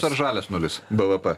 ar žalias nulis bvp